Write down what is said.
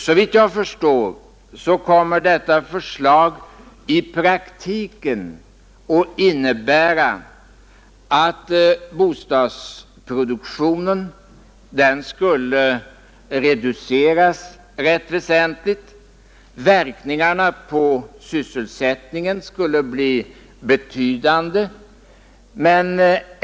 Såvitt jag förstår kommer detta förslag i praktiken att innebära att bostadsproduktionen skulle reduceras rätt väsentligt. Verkningarna på sysselsättningen skulle bli betydande.